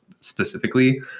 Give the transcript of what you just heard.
specifically